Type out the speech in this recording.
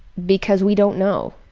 because we don't know.